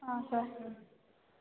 ಹಾಂ ಸರ್